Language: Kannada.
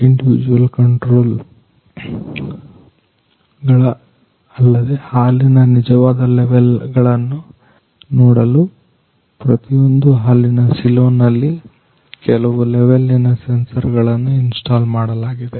ಇಂಡಿವಿಜುವಲ್ ಕಂಟ್ರೋಲ್ ವೂಟ್ ಗಳ ಅಲ್ಲದೆ ಹಾಲಿನ ನಿಜವಾದ ಲೆವೆಲ್ ಗಳನ್ನ ನೋಡಲು ಪ್ರತಿಯೊಂದು ಹಾಲಿನ ಸಿಲೋ ನಲ್ಲಿ ಕೆಲವು ಲೆವೆಲ್ಲಿನ ಸೆನ್ಸರ್ ಗಳನ್ನು ಇನ್ಸ್ಟಾಲ್ ಮಾಡಲಾಗಿದೆ